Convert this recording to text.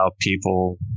people